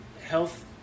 health